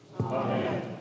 Amen